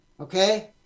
Okay